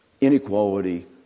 inequality